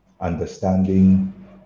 understanding